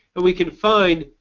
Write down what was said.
but we can find,